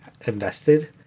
invested